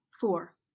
Four